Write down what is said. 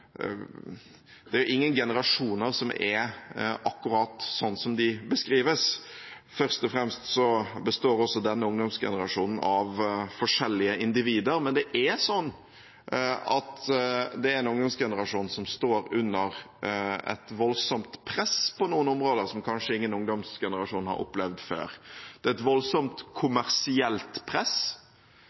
det. Jeg tenker at det er ingen generasjoner som er akkurat slik som de beskrives. Først og fremst består også denne ungdomsgenerasjonen av forskjellige individer, men det er en ungdomsgenerasjon som er under et voldsomt press på noen områder, som kanskje ingen ungdomsgenerasjon har opplevd før. Det er et voldsomt kommersielt press,